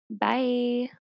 Bye